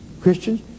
Christians